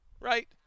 right